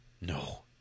No